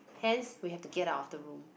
hence we have to get out of the room